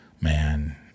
man